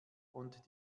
und